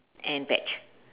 and veg